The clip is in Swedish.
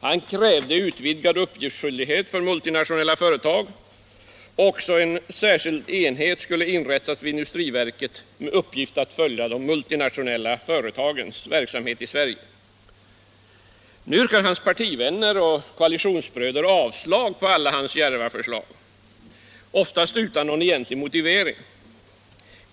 Han krävde utvidgad uppgiftsskyldighet för multinationella företag och även att en särskild enhet skulle inrättas vid industriverket med uppgift att följa de multinationella företagens verksamhet i Sverige. Nu yrkar hans egna partivänner och koalitionsbröder avslag på alla hans djärva förslag, oftast utan någon egentlig motivering.